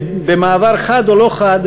במעבר חד או לא חד,